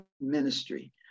ministry